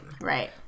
right